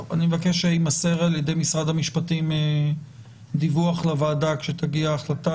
אני מבקש שיימסר ע"י משרד המשפטים דיווח לוועדה כשתגיע ההחלטה.